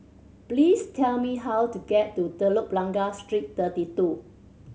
please tell me how to get to Telok Blangah Street Thirty Two